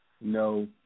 no